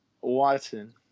Watson